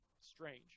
strange